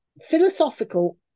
philosophical